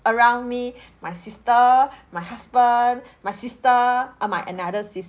around me my sister my husband my sister ah my another sis~